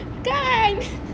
kan